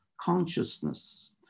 consciousness